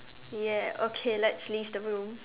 ya okay let's leave the room